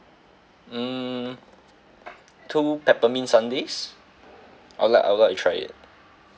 mm two peppermint sundaes I would like I would like to try it